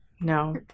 no